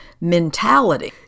mentality